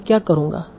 तो मैं क्या करूंगा